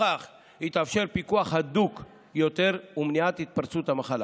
ובכך יתאפשר פיקוח הדוק יותר ומניעת התפרצות המחלה.